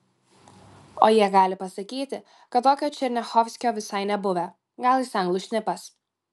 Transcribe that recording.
o jie gali pasakyti kad tokio černiachovskio visai nebuvę gal jis anglų šnipas